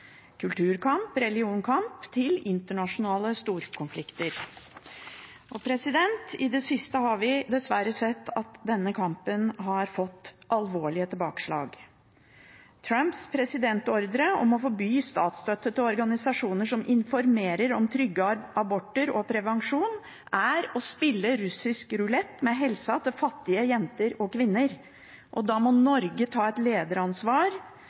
kulturkamp og religionkamp til internasjonale storkonflikter. I det siste har vi dessverre sett at denne kampen har fått alvorlige tilbakeslag. Trumps presidentordre om å forby statsstøtte til organisasjoner som informerer om trygge aborter og prevensjon, er å spille russisk rulett med helsa til fattige jenter og kvinner. Da må Norge ta et lederansvar